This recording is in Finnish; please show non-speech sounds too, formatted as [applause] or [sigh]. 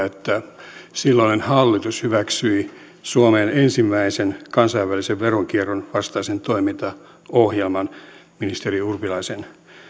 [unintelligible] että silloinen hallitus hyväksyi suomeen ensimmäisen kansainvälisen veronkierron vastaisen toimintaohjelman ministeri urpilaisen